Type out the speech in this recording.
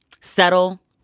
settle